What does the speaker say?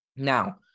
Now